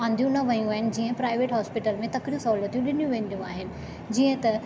आंदियूं न वयूं आहिनि जीअं प्राइवेट हॉस्पिटल में तकिड़ियूं सहूलियतूं ॾिनियूं वेंदियूं आहिनि जीअं त